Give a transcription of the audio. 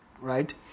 right